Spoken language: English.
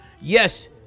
Yes